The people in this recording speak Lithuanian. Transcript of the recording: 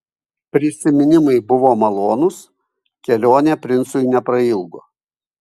prisiminimai buvo malonūs kelionė princui neprailgo